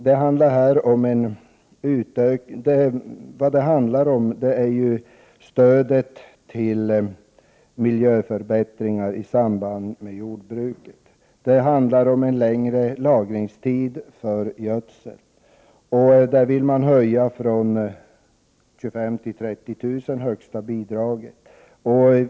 Jag yrkar avslag också på den reservationen och bifall till utskottets hemställan.